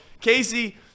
Casey